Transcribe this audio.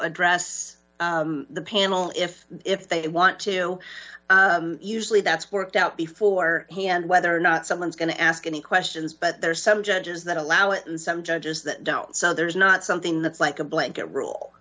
address the panel if if they want to usually that's worked out before hand whether or not someone's going to ask any questions but there are some judges that allow it and some judges that don't so there's not something that's like a blanket rule